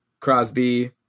Crosby